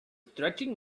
stretching